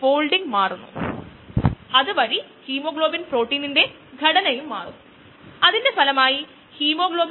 2 ഇതിന് മുമ്പ് നമുക്ക് ഉണ്ടായിരുന്ന ഹ്രസ്വ പ്രഭാഷണത്തിന്റെ ദ്രുത റീക്യാപ്പ്